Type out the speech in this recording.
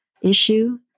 issue